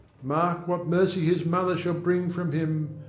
mark what mercy his mother shall bring from him.